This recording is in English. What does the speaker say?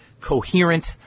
coherent